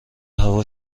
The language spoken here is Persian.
هوا